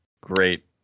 great